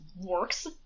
works